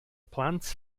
plant